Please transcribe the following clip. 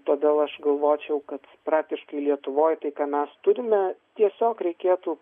todėl aš galvočiau kad praktiškai lietuvoj tai ką mes turime tiesiog reikėtų